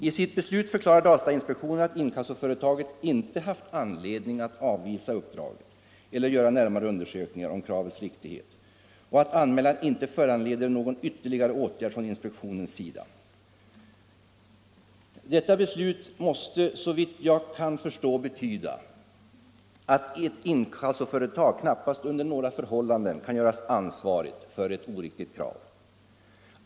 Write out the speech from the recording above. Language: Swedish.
I sitt beslut förklarar datainspektionen att inkassoföretaget inte haft anledning att avvisa uppdraget eller göra närmare undersökningar om kravets riktighet och att anmälan inte föranleder någon ytterligare åtgärd från inspektionens sida. Detta beslut måste, såvitt jag kan förstå, betyda att ett inkassoföretag knappast under några förhållanden kan göras ansvarigt för ett oriktigt krav.